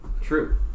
True